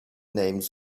names